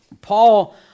Paul